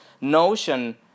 notion